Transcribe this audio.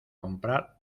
comprar